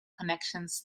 connections